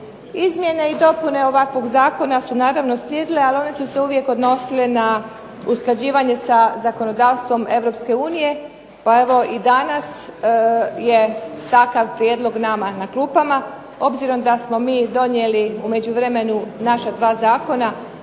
Izmjene i dopune ovakvog zakona su naravno slijedile, ali one su se uvijek odnosile na usklađivanje sa zakonodavstvom EU. Pa evo i danas je takav prijedlog nama na klupama. Obzirom da smo mi donijeli u međuvremenu naša 2 zakona